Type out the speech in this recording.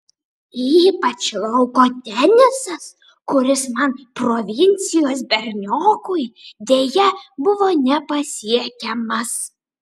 ypač lauko tenisas kuris man provincijos berniokui deja buvo nepasiekiamas